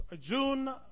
June